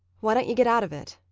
why don't you get out of it?